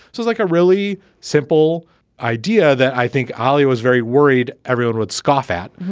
so like a really simple idea that i think aleo was very worried everyone would scoff at,